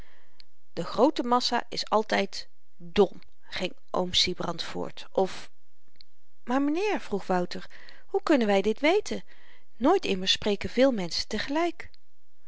de groote massa is altyd dom ging oom sybrand voort of maar m'nheer vroeg wouter hoe kunnen wy dit weten nooit immers spreken veel menschen tegelyk